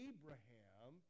Abraham